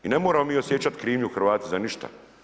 I ne moramo mi osjećat krivnju Hrvati za ništa.